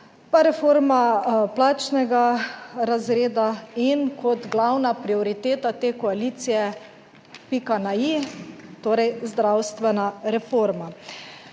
pa reforma plačnega razreda in kot glavna prioriteta te koalicije, pika na i, torej zdravstvena reforma.